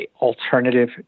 alternative